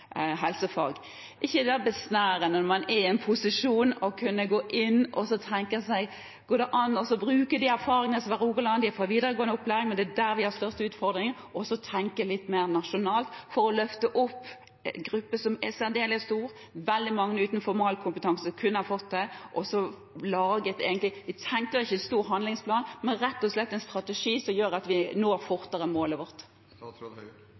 ikke da besnærende, når man er i posisjon til å kunne gå inn, å tenke at det går det an å bruke de erfaringene fra Rogaland? De er fra videregående opplæring, men det er der vi har de største utfordringene. Kan man tenke litt mer nasjonalt for å løfte en gruppe som er særdeles stor, der veldig mange uten formalkompetanse kunne fått det, og så lage om ikke en stor handlingsplan, så rett og slett en strategi som gjør at vi når